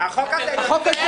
--- החוק הזה